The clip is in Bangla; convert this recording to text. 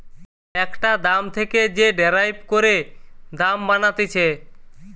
একটা দাম থেকে যে ডেরাইভ করে দাম বানাতিছে